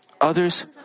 others